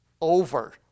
over